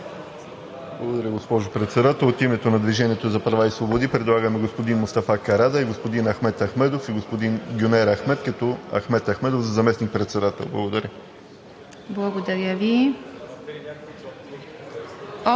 Благодаря, госпожо Председател. От името на „Движението за права и свободи“ предлагаме господин Мустафа Карадайъ, господин Ахмед Ахмедов и господин Гюнер Ахмед, като Ахмед Ахмедов за заместник-председател. Благодаря. ПРЕДСЕДАТЕЛ